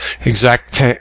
Exact